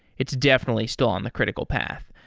it's definitely still on the critical path,